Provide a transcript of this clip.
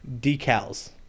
decals